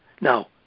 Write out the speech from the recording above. Now